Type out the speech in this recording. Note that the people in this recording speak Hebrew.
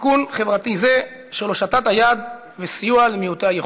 תיקון חברתי זה של הושטת יד וסיוע למעוטי היכולת.